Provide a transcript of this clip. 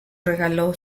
regalo